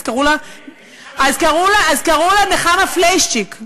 קראו לה נחמה פליישצ'יק.